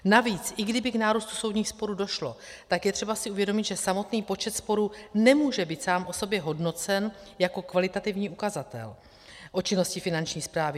Navíc, i kdyby k nárůstu soudních sporů došlo, tak je třeba si uvědomit, že samotný počet sporů nemůže být sám o sobě hodnocen jako kvalitativní ukazatel o činnosti Finanční správy.